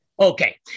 Okay